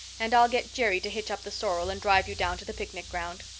and i'll get jerry to hitch up the sorrel and drive you down to the picnic ground.